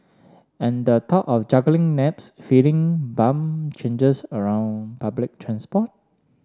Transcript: and the thought of juggling naps feeding bum changes around public transport